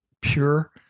pure